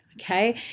Okay